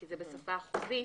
כי זה בשפה חוזית